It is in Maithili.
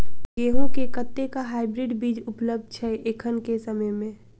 गेंहूँ केँ कतेक हाइब्रिड बीज उपलब्ध छै एखन केँ समय मे?